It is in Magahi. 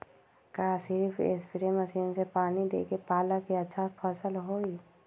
का सिर्फ सप्रे मशीन से पानी देके पालक के अच्छा फसल होई?